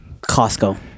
Costco